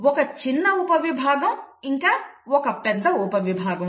ఒక చిన్న ఉపవిభాగం ఇంకా ఒక పెద్ద ఉపవిభాగం